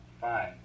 Fine